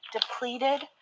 depleted